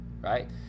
right